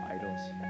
idols